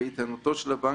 באיתנותו של הבנק,